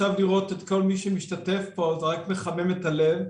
ועכשיו לראות את כל מי שמשתתף פה זה רק מחמם את הלב.